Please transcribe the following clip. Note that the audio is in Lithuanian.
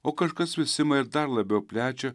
o kažkas vis ima ir dar labiau plečia